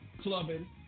clubbing